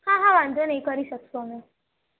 હા હા વાંધો નહીં કરી શકીશું અમે